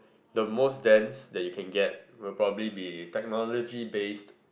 the most dense that you can get will probably be technology based